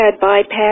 bypass